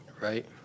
right